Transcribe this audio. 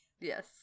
Yes